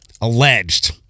alleged